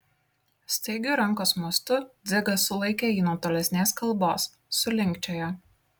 staigiu rankos mostu dzigas sulaikė jį nuo tolesnės kalbos sulinkčiojo